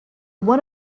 one